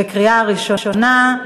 בקריאה ראשונה.